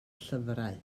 llyfrau